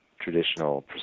traditional